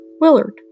Willard